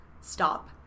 stop